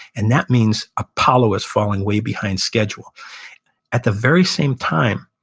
and that means apollo is falling way behind schedule at the very same time,